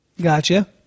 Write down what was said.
Gotcha